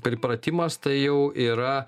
pripratimas tai jau yra